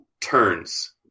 turns